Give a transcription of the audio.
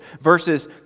Verses